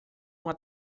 uma